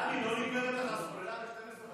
טלי, לא נגמרת לך הסוללה ב-24:00?